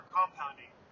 compounding